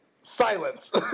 Silence